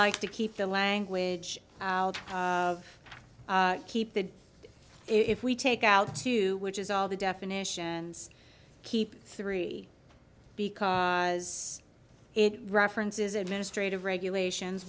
like to keep the language of keep the if we take out two which is all the definitions keep three because it references administrative regulations